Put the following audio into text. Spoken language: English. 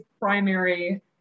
primary